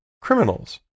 criminals